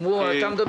בכפר